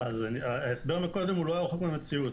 ההסבר קודם הוא לא רחוק מהמציאות.